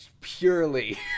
purely